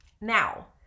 Now